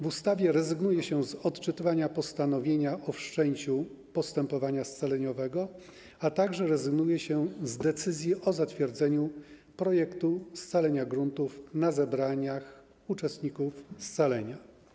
W ustawie rezygnuje się z odczytywania postanowienia o wszczęciu postępowania scaleniowego, a także z podejmowania decyzji o zatwierdzeniu projektu scalenia gruntów na zebraniach uczestników scalenia.